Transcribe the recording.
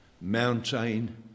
mountain